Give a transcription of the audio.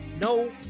no